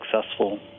successful